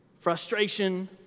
frustration